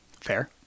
Fair